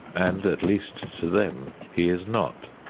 and at least to them he is not.